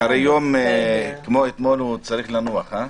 אחרי יום אתמול, הוא צריך לנוח, אה?